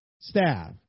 staff